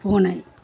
பூனை